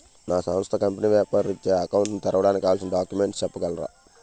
నా సంస్థ కంపెనీ వ్యాపార రిత్య అకౌంట్ ను తెరవడానికి కావాల్సిన డాక్యుమెంట్స్ చెప్పగలరా?